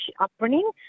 upbringing